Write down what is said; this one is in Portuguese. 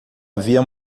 havia